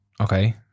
okay